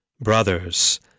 Brothers